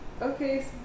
Okay